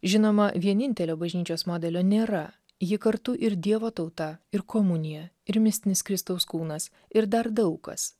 žinoma vienintelio bažnyčios modelio nėra ji kartu ir dievo tauta ir komunija ir mistinis kristaus kūnas ir dar daug kas